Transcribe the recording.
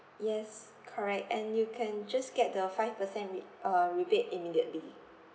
yes correct and you can just get the five percent re~ uh rebate immediately